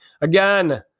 Again